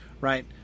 right